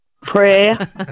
prayer